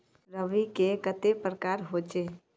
रवि के कते प्रकार होचे?